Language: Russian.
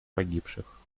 погибших